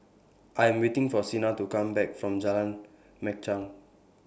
I Am waiting For Sina to Come Back from Jalan Machang